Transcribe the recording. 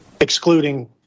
Excluding